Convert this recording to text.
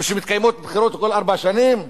ושמתקיימות בחירות כל ארבע שנים?